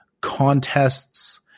contests